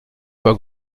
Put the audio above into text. pas